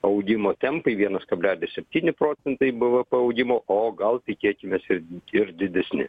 augimo tempai vienas kablelis septyni procentai bvp augimo o gal tikėkimės ir ir didesni